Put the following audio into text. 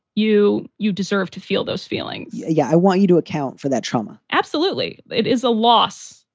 you you deserve to feel those feelings yeah. i want you to account for that trauma absolutely. it is a loss.